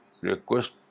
request